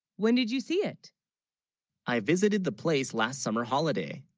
when did you see it i visited the place last summer holiday